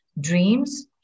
dreams